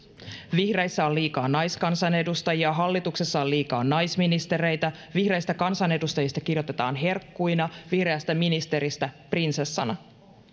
vihreissä on liikaa naiskansanedustajia hallituksessa on liikaa naisministereitä vihreistä kansanedustajista kirjoitetaan herkkuina vihreästä ministeristä prinsessana